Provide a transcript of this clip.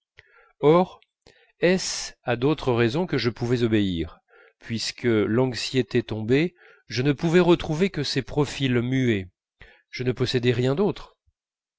en d'autres raisons puisque l'anxiété tombée je ne pouvais retrouver que ces profils muets je ne possédais rien d'autre